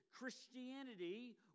Christianity